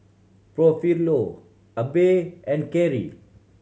Porfirio Abbey and Kerri